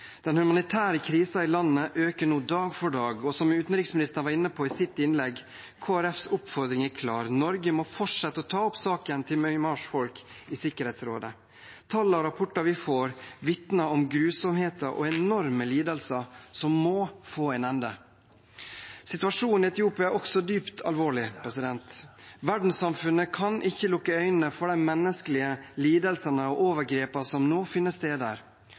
Den humanitære krisen i landet øker nå dag for dag, som utenriksministeren var inne på i sitt innlegg. Kristelig Folkepartis oppfordring er klar: Norge må fortsette å ta opp saken til Myanmars folk i Sikkerhetsrådet. Tall og rapporter vi får, vitner om grusomheter og enorme lidelser som må få en ende. Situasjonen i Etiopia er også dypt alvorlig. Verdenssamfunnet kan ikke lukke øynene for de menneskelige lidelsene og overgrepene som nå finner sted der.